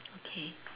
okay